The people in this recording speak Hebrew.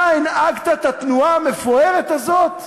אתה הנהגת את התנועה המפוארת הזאת?